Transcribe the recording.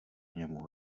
němu